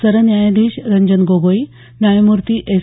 सरन्यायाधीश रंजन गोगोई न्यायमूर्ती एस